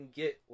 get